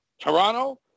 Toronto